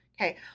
Okay